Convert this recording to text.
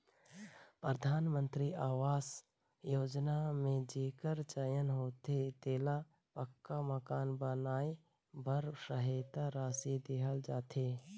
परधानमंतरी अवास योजना में जेकर चयन होथे तेला पक्का मकान बनाए बर सहेता रासि देहल जाथे